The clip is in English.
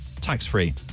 Tax-free